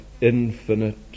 infinite